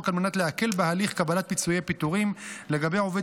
על מנת להקל בהליך קבלת פיצויי פיטורים לגבי עובד